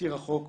תזכיר החוק,